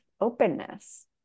openness